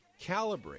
Calibrate